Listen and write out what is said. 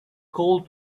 called